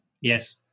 Yes